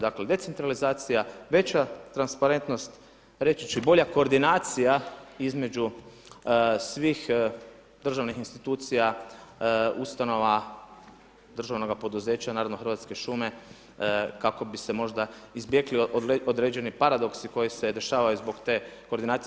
Dakle, decentralizacija, veća transparentnost, reći ću i bolja koordinacija između svih državnih institucija, ustanova, državnoga poduzeća, naravno Hrvatske šume kako bi se možda izbjegli određeni paradoksi koji se dešavaju zbog te koordinacije.